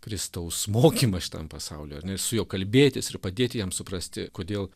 kristaus mokymą šitam pasauly ar ne ir su juo kalbėtis ir padėti jam suprasti kodėl